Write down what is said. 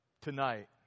tonight